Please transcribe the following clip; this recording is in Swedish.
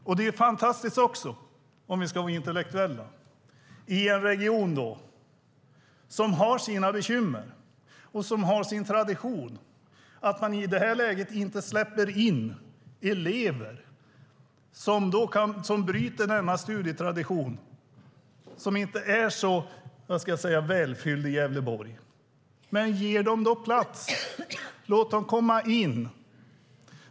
I en region som har sina bekymmer och sin tradition är det också fantastiskt - om vi ska vara intellektuella - att man i det här läget inte släpper in elever som bryter studietraditionen i Gävleborg, som inte är så välfylld. Men ge dem plats, då! Låt dem komma in!